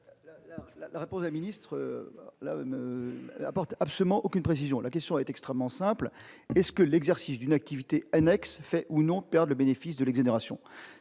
La réponse de Mme la secrétaire d'État n'apporte absolument aucune précision. La question est extrêmement simple : l'exercice d'une activité annexe fait-il perdre le bénéfice de l'exonération